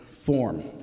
form